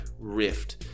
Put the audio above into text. rift